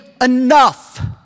enough